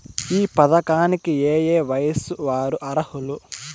ఈ పథకానికి ఏయే వయస్సు వారు అర్హులు?